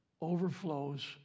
overflows